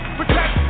protect